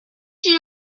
ils